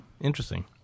Interesting